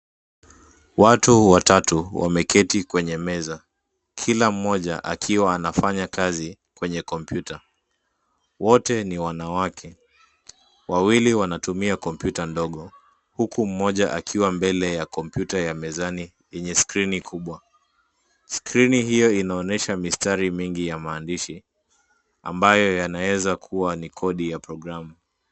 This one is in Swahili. Watu watatu wameketi kwenye meza, kila mmoja akiwa anafanya kazi kwenye kompyuta. Wote ni wanawake. Wawili wanatumia kompyuta ndogo, huku mmoja akiwa mbele ya kompyuta ya mezani yenye skrini kubwa. Skrini hiyo inaonyesha mistari mingi ya maandishi ambayo yanaweza kuwa ni cs[kodi]cs ya programu.